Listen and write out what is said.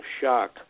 shock